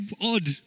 odd